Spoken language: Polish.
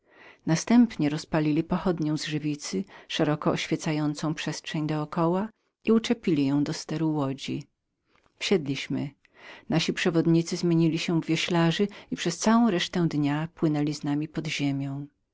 następnie rozpalili pochodnię z żywicy szeroko oświecającą do koła i uczepili ją do steru łodzi wsiedliśmy nasi przewodnicy zmienili się we wioślarzów i przez całą resztę dnia płynęli z nami pod